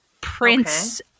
Prince